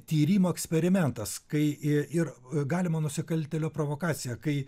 tyrimo eksperimentas kai i ir galimo nusikaltėlio provokacija kai